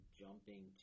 jumping